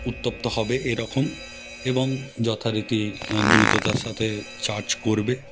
উত্তপ্ত হবে এরকম এবং যথারীতি দ্রুততার সাথে চার্জ করবে